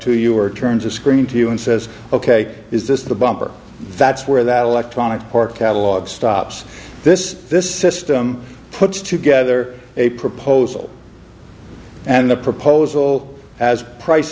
to you or turns a screen to you and says ok is this the bumper that's where that electronic or catalog stops this this system puts together a proposal and the proposal as price